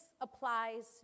applies